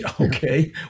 Okay